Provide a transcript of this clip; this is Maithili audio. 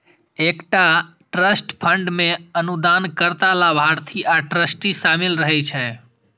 एकटा ट्रस्ट फंड मे अनुदानकर्ता, लाभार्थी आ ट्रस्टी शामिल रहै छै